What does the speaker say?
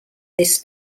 this